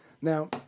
Now